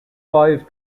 five